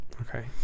okay